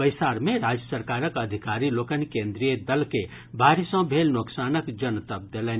बैसार मे राज्य सरकारक अधिकारी लोकनि केन्द्रीय दल के बाढ़ि सँ भेल नोकसानक जनतब देलनि